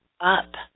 up